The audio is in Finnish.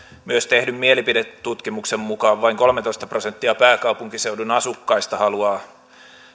myös tehdyn mielipidetutkimuksen mukaan vain kolmetoista prosenttia pääkaupunkiseudun asukkaista haluaa